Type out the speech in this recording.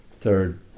third